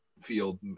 field